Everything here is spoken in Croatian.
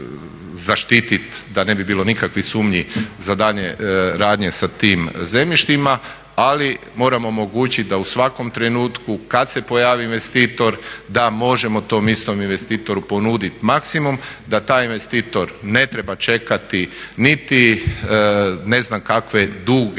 da ne bi bilo nikakvih sumnji za daljnje radnje sa tim zemljištima. Ali moramo omogućit da u svakom trenutku kad se pojavi investitor da možemo tom istom investitoru ponudit maksimum, da taj investitor ne treba čekati niti ne znam kakve duge